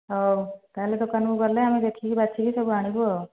ହଉ ତା'ହେଲେ ଦୋକାନକୁ ଗଲେ ଆମେ ଦେଖିକି ବାଛିକି ସବୁ ଆଣିବୁ ଆଉ